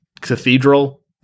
cathedral